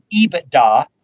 EBITDA